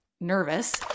nervous